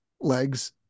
legs